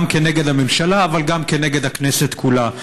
כנגד הממשלה אבל גם כנגד הכנסת כולה.